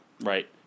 Right